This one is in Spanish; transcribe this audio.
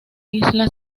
isla